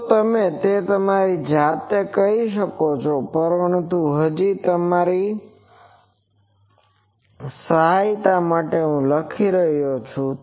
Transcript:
તોતે તમે તમારી જાતે કરી શકો છો પરંતુ હજી પણ તમારી સહાય માટે હું તે લખી રહ્યો છું